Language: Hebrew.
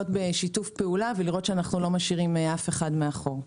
בשיתוף פעולה ולראות שאנחנו לא משאירים אף אחד מאחור.